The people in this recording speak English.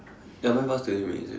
ya mine passed to him already